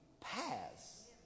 pass